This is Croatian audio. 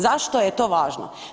Zašto je to važno?